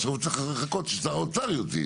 עכשיו הוא צריך לחכות ששר האוצר יודיע.